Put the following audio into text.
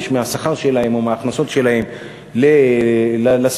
מהשכר שלהם או מההכנסות שלהם לשכירות,